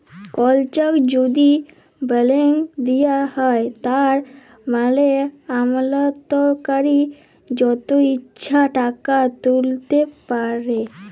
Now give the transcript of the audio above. call cheque যদি balance দিঁয়া হ্যয় তার মালে আমালতকারি যত ইছা টাকা তুইলতে পারে